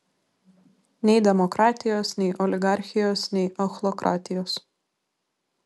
nei demokratijos nei oligarchijos nei ochlokratijos